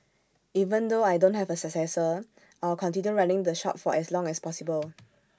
even though I don't have A successor I'll continue running the shop for as long as possible